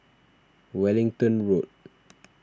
Wellington Road